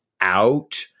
out